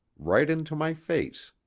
right into my face.